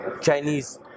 Chinese